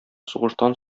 сугыштан